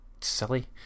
silly